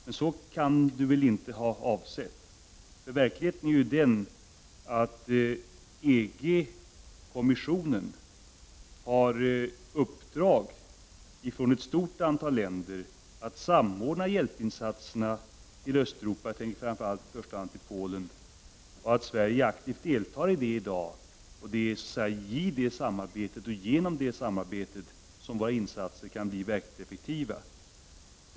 Detta kan väl inte ha varit vad Per-Ola Eriksson avsåg. Verkligheten är den att EG-kommissionen har fått i uppdrag från ett stort antal länder att samordna hjälpinsatserna i fråga om Östeuropa; jag tänker då framför allt på insatser till förmån för Polen. Sverige deltar i dag aktivt i det samarbetet, och det är genom detta samarbete och inom ramen för detsamma som våra insatser kan bli verkligt effektiva.